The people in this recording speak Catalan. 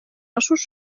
ossos